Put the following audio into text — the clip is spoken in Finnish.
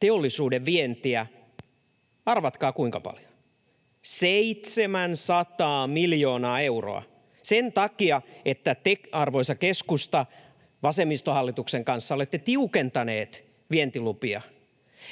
teollisuuden vientiä — arvatkaa, kuinka paljon — 700 miljoonaa euroa sen takia, että te, arvoisa keskusta, vasemmistohallituksen kanssa olette tiukentaneet vientilupia.